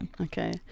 Okay